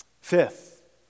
Fifth